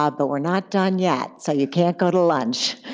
ah but we're not done yet so you can't go to lunch.